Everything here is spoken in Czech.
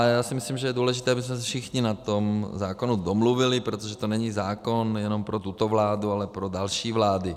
Já si myslím, že je důležité, abychom se všichni na tom zákonu domluvili, protože to není zákon jenom pro tuto vládu, ale i pro další vlády.